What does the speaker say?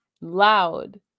loud